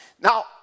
Now